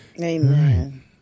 Amen